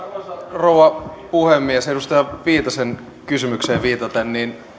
rouva puhemies edustaja viitasen kysymykseen viitaten